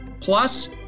Plus